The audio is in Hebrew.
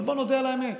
אבל בואו נודה על האמת: